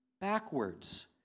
backwards